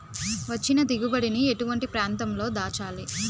వచ్చిన దిగుబడి ని ఎటువంటి ప్రాంతం లో దాచాలి?